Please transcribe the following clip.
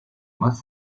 más